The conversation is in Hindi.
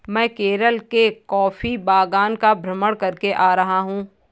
मैं केरल के कॉफी बागान का भ्रमण करके आ रहा हूं